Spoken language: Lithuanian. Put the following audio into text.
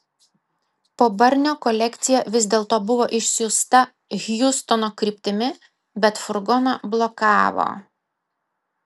po barnio kolekcija vis dėlto buvo išsiųsta hjustono kryptimi bet furgoną blokavo